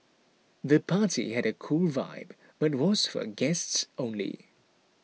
the party had a cool vibe but was for guests only